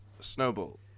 Snowball